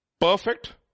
Perfect